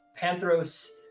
Panthros